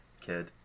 kid